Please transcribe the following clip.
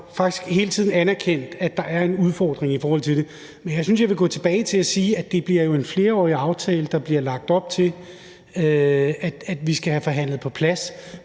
at jeg hele tiden har anerkendt, at der er en udfordring i forhold til det. Men jeg synes, jeg vil gå tilbage til at sige, at det jo bliver en flerårig aftale, der bliver lagt op til vi skal have forhandlet på plads